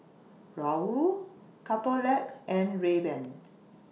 Raoul Couple Lab and Rayban